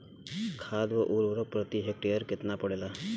खाध व उर्वरक प्रति हेक्टेयर केतना पड़ेला?